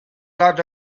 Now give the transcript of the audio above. lot